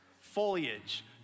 foliage